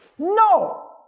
No